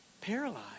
paralyzed